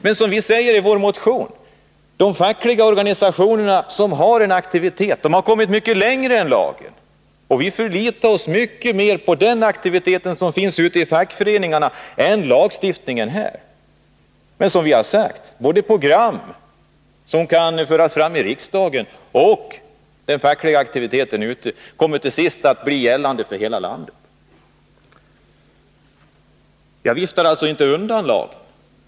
Men som vi säger i vår motion har de fackliga organisationer som varit aktiva kommit mycket längre än lagen. Vi förlitar oss mycket mer på den aktivitet som finns ute i fackföreningarna än på lagstiftningen här. Men som jag också har sagt, kommer program som förs fram i riksdagen och den fackliga aktiviteten ute på fältet till sist att bli bestämmande för hela landet. Jag viftade alltså inte undan lagen.